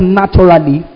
naturally